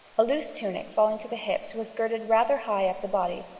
a loose tunic falling to the hips was girded rather high up the body,